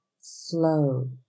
slow